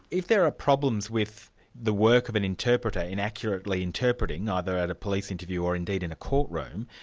if there are problems with the work of an interpreter, in accurately interpreting, either at a police interview or indeed in a courtroom,